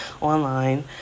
online